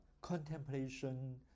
contemplation